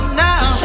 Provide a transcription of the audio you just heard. now